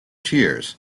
tiers